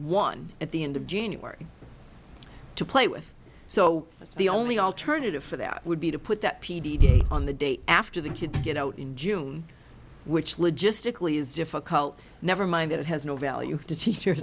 one at the end of january to play with so that's the only alternative for that would be to put that on the day after the kids get out in june which logistically is difficult never mind that it has no value to teachers